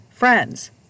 Friends